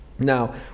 Now